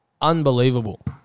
Unbelievable